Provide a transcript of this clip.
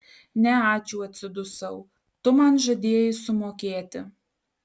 ne ačiū atsidusau tu man žadėjai sumokėti